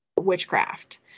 witchcraft